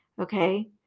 okay